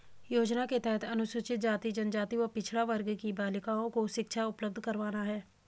योजना के तहत अनुसूचित जाति, जनजाति व पिछड़ा वर्ग की बालिकाओं को शिक्षा उपलब्ध करवाना है